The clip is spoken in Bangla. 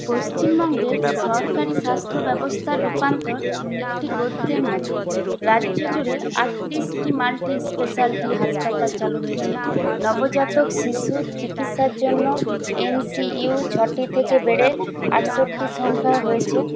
পশ্চিমবঙ্গের সরকারি স্বাস্থ্য ব্যবস্থার রূপান্তর একটি গদ্যের মতো রাজ্য জুড়ে আটত্রিশটি মাল্টি স্পেশালিটি হাসপাতাল চালু হয়েছে নবজাতক শিশুর চিকিৎসার জন্য এনসিইউ ছটি থেকে বেড়ে আটষট্টি সংখ্যা হয়েছে